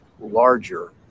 larger